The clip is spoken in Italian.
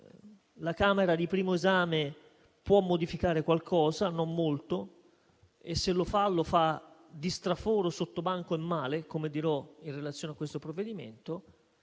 la Camera di primo esame può modificare qualcosa, non molto, e se lo fa, lo fa di straforo, sottobanco e male, come dirò in relazione a questo provvedimento;